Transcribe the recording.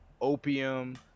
opium